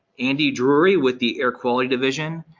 andy drury with the air quality division,